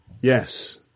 Yes